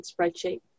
spreadsheet